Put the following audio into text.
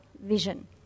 vision